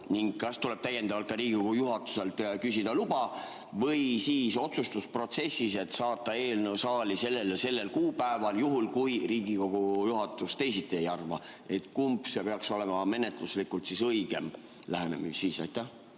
kas tuleb täiendavalt ka Riigikogu juhatuselt küsida luba või siis otsustusprotsessis, et saata eelnõu saali sellel ja sellel kuupäeval juhul, kui Riigikogu juhatus teisiti ei arva? Kumb peaks olema menetluslikult õigem lähenemisviis? Tänan,